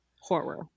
horror